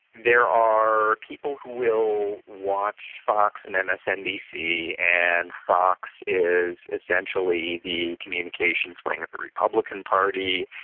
there are people who will watch fox and and msnbc, and fox is essentially the communications wing of the republican party,